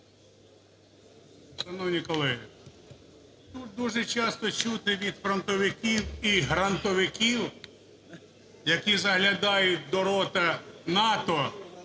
Шановні колеги, тут дуже часто чути від фронтовиків і грантовиків, які заглядають до рота НАТО,